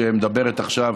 שמדברת עכשיו,